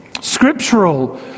scriptural